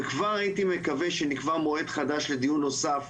וכבר אני מקווה שנקבע מועד חדש לדיון נוסף,